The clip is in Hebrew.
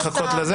אחר כך.